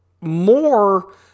more